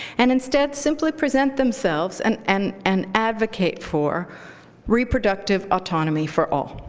and instead simply present themselves and and and advocate for reproductive autonomy for all,